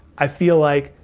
i feel like,